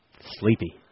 sleepy